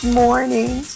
morning